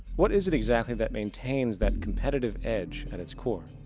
what is it exactly that maintains that competitive edge at it's core?